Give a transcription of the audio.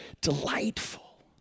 delightful